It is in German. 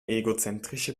egozentrische